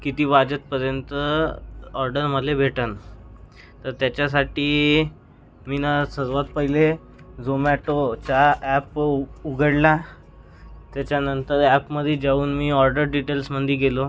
किती वाजतापर्यंत ऑर्डर मला भेटन तर त्याच्यासाठी मी नं सर्वात पहिले झोमॅटोचा ॲप ऊ उघडला त्याच्यानंतर ॲपमध्ये जाऊन मी ऑर्डर डिटेल्समधे गेलो